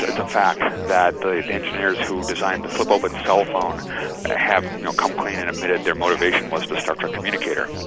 it's a fact that the engineers who designed the flip open cell phone have you know come clean and admitted their motivation was a star trek communicator,